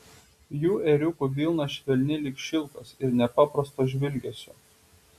jų ėriukų vilna švelni lyg šilkas ir nepaprasto žvilgesio